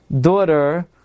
daughter